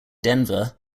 denver